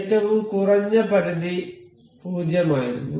ഏറ്റവും കുറഞ്ഞ പരിധി 0 ആയിരുന്നു